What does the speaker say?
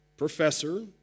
professor